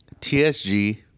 TSG